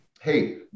hey